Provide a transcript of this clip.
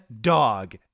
dog